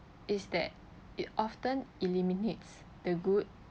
is that it often eliminates the good